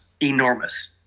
enormous